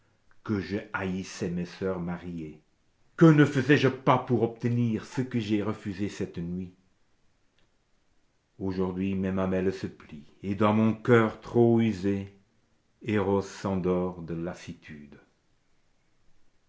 que je haïssais mes soeurs mariées que ne faisais je pas pour obtenir ce que j'ai refusé cette nuit aujourd'hui mes mamelles se plient et dans mon coeur trop usé erôs s'endort de lassitude